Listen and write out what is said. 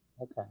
Okay